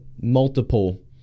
multiple